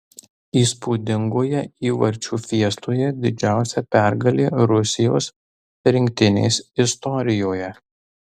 įspūdingoje įvarčių fiestoje didžiausia pergalė rusijos rinktinės istorijoje